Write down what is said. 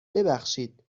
ببخشید